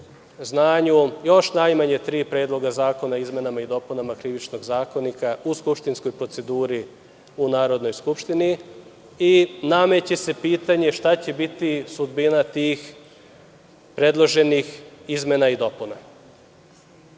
znanju još najmanje tri predloga zakona o izmenama i dopunama Krivičnog zakonika u skupštinskoj proceduri u Narodnoj skupštini. Nameće se pitanje šta će biti sudbina tih predloženih izmena i dopuna.